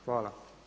Hvala.